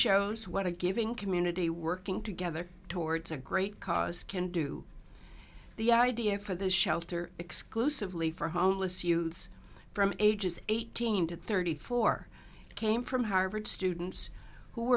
shows what a giving community working together towards a great cause can do the idea for the shelter exclusively for homeless youths from ages eighteen to thirty four came from harvard students who